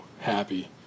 happy